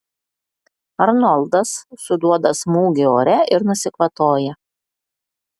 arnoldas suduoda smūgį ore ir nusikvatoja